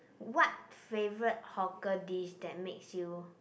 what favourite hawker dish that makes you